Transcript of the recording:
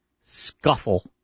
Scuffle